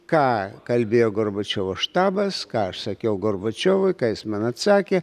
ką kalbėjo gorbačiovo štabas ką aš sakiau gorbačiovui ką jis man atsakė